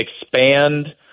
expand